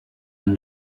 and